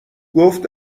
گفت